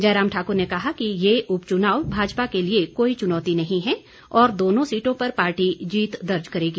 जयराम ठाकुर ने कहा कि ये उपचुनाव भाजपा के लिए कोई चुनौती नहीं है और दोनों सीटों पर पार्टी जीत दर्ज करेगी